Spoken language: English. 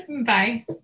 Bye